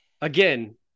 again